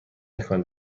تکان